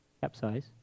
capsize